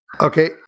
Okay